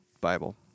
Bible